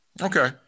Okay